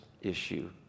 issue